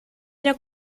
era